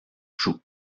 joue